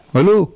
Hello